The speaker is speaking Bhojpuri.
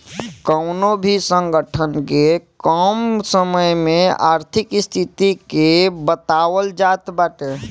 कवनो भी संगठन के कम समय में आर्थिक स्थिति के बतावल जात बाटे